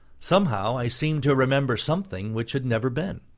somehow i seemed to remember something which had never been.